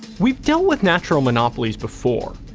we've dealt with natural monopolies before.